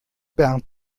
bernd